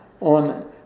On